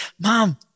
mom